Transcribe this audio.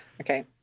Okay